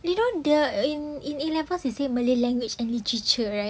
they know the in in A levels they say malay language and literature right